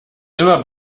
immer